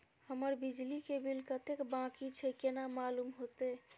हमर बिजली के बिल कतेक बाकी छे केना मालूम होते?